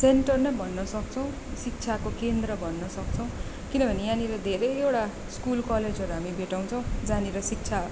centre नै भन्न सक्छौँ शिक्षाको केन्द्र भन्न सक्छौँ किनभने यहाँनिर धेरवटा स्कुल कलेजहरू हामी भेटाउँछौँ जहाँनिर शिक्षा